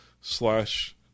slash